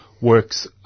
works